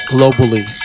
Globally